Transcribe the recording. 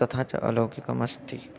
तथा च अलौकिकमस्ति